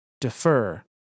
Defer